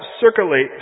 circulate